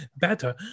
better